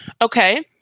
Okay